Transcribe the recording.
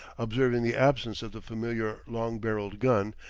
observing the absence of the familiar long-barrelled gun,